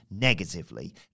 negatively